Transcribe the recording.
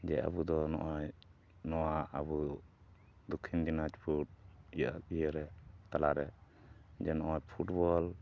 ᱡᱮ ᱟᱵᱚᱫᱚ ᱱᱚᱜᱼᱚᱭ ᱱᱚᱣᱟ ᱟᱵᱚ ᱫᱚᱠᱠᱷᱤᱱ ᱫᱤᱱᱟᱡᱽᱯᱩᱨ ᱤᱭᱟᱹ ᱤᱭᱟᱹᱨᱮ ᱛᱟᱞᱟᱨᱮ ᱡᱮ ᱱᱚᱜᱼᱚᱭ ᱯᱷᱩᱴᱵᱚᱞ